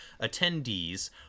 attendees